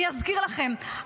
אני אזכיר לכם,